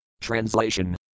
Translation